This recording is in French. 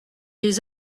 les